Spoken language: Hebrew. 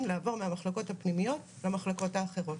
לעבור מהמחלקות הפנימיות למחלקות האחרות.